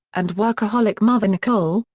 and workaholic mother nicole,